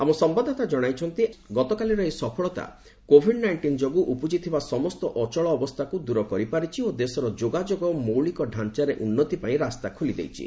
ଆମ ସମ୍ଘାଦଦାତା କ୍ଷଣାଇଛନ୍ତି ଗତକାଲିର ଏହି ସଫଳତା କୋବିଡ୍ ନାଇଷ୍ଟିନ୍ ଯୋଗୁଁ ଉପୁଜିଥିବା ସମସ୍ତ ଅଚଳାବସ୍ଥାକୁ ଦୂର କରିପାରିଛି ଓ ଦେଶର ଯୋଗାଯୋଗ ମୌଳିକ ଢାଞ୍ଚାରେ ଉନ୍ନତି ପାଇଁ ରାସ୍ତା ଖୋଲି ଦେଇଛି